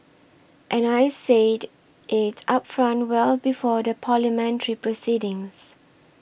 and I said it upfront well before the Parliamentary proceedings